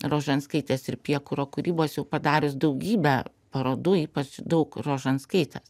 rožanskaitės ir piekuro kūrybos jau padarius daugybę parodų ypač daug rožanskaitės